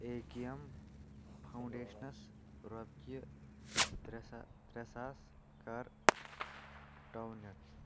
A K M foundations روکہِ ترٛےٚ سا ترٛےٚ ساس کَر ڈونٮ۪ٹ